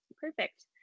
Perfect